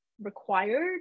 required